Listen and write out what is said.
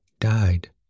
died